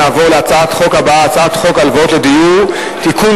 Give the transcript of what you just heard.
אנחנו נעבור להצעת החוק הבאה: הצעת חוק הלוואות לדיור (תיקון,